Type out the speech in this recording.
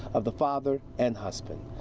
of the father and husband.